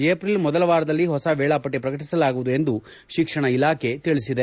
April ಮೊದಲ ವಾರದಲ್ಲಿ ಹೊಸ ವೇಳಾಪಟ್ಟ ಪ್ರಕಟಿಸಲಾಗುವುದು ಎಂದು ತಿಕ್ಷಣ ಇಲಾಖೆ ತಿಳಿಸಿದೆ